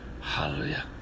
Hallelujah